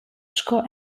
sco